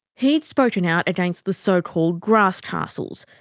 he'd spoken out against the so-called grass castles,